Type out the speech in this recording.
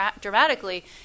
dramatically